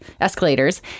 escalators